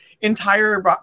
entire